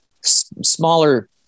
smaller